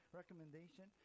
recommendation